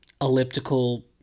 elliptical